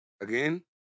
Again